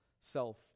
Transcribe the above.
self